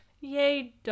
Yay